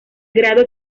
grado